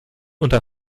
unter